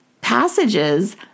passages